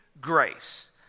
grace